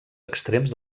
extrems